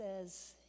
says